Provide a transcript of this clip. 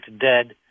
dead